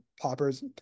poppers